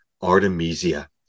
Artemisia